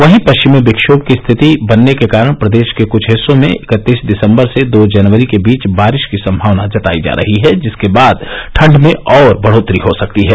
वहीं परिचमी विक्षोम की स्थिति बनने के कारण प्रदेश के कुछ हिस्सों में इकत्तीस दिसंबर से दो जनवरी के बीच बारिश की संभावना जतायी जा रही है जिसके बाद ठंड में और बढोत्तरी हो सकती है